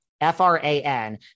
F-R-A-N